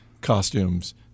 costumes